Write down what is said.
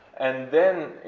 and then,